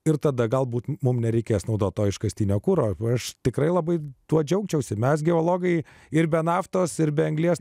ir tada galbūt mums nereikės naudoto iškastinio kuro aš tikrai labai tuo džiaugčiausi mes geologai ir be naftos ir be anglies